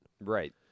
Right